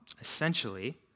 essentially